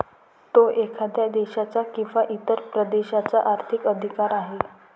तो एखाद्या देशाचा किंवा इतर प्रदेशाचा आर्थिक अधिकार आहे